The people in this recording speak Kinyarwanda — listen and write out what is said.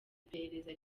iperereza